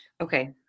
Okay